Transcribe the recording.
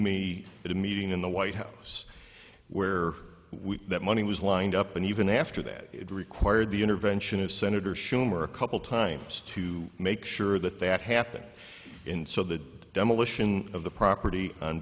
me at a meeting in the white house where we that money was lined up and even after that it required the intervention of senator schumer a couple times to make sure that that happened in so the demolition of the property on